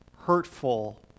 hurtful